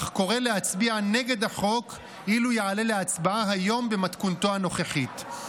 אך קורא להצביע נגד החוק אם יעלה להצבעה היום במתכונתו הנוכחית.